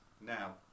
now